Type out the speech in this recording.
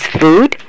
food